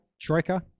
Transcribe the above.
Troika